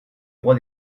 roi